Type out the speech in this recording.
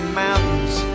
mountains